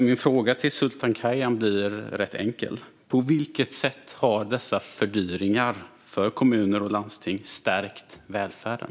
Min fråga till Sultan Kayhan blir rätt enkel: På vilket sätt har dessa fördyringar för kommuner och landsting stärkt välfärden?